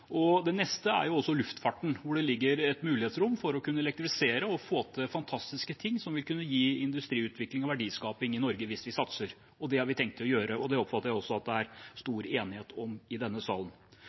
neste er luftfarten, hvor det ligger et mulighetsrom for å kunne elektrifisere og få til fantastiske ting som vil kunne gi industriutvikling og verdiskaping i Norge hvis vi satser. Det har vi tenkt å gjøre, og det oppfatter jeg også at det er